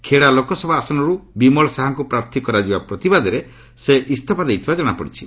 ଖେଡା ଲୋକସଭା ଆସନରୁ ବିମଳ ଶାହାଙ୍କୁ ପ୍ରାର୍ଥୀ କରାଯିବା ପ୍ରତିବାଦରେ ସେ ଇସ୍ତଫା ଦେଇଥିବା ଜଣାପଡିଛି